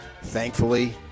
Thankfully